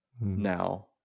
now